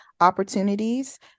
opportunities